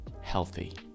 healthy